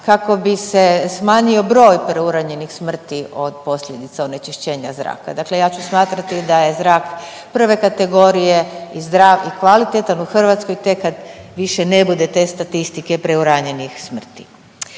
kako bi se smanjio broj preuranjenih smrti od posljedica onečišćenja zraka. Dakle, ja ću smatrati da je zrak prve kategorije i zdrav i kvalitetan u Hrvatskoj tek kad više ne bude te statistike preuranjenih smrti.